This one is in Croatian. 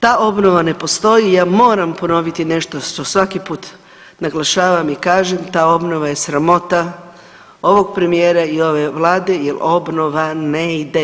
Ta obnova ne postoji, ja moram ponoviti nešto što svaki put naglašavam i kažem, ta obnova je sramota ovog premijera i ove Vlade jer obnova ne ide.